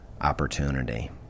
opportunity